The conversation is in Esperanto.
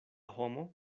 homo